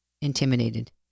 intimidated